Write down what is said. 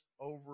over